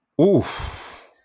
Oof